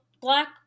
black